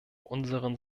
unseren